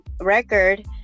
record